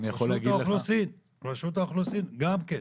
רשות האוכלוסין, גם כן,